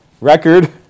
Record